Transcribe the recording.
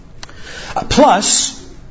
Plus